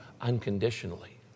unconditionally